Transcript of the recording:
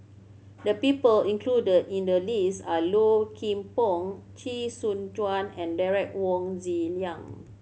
the people included in the list are Low Kim Pong Chee Soon Juan and Derek Wong Zi Liang